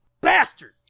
Bastard